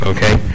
Okay